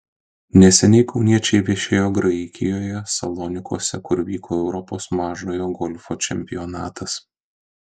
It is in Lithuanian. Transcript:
neseniai kauniečiai viešėjo graikijoje salonikuose kur vyko europos mažojo golfo čempionatas